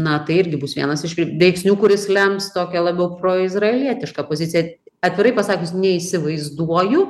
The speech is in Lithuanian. na tai irgi bus vienas iš veiksnių kuris lems tokią labiau proizraelietišką poziciją atvirai pasakius neįsivaizduoju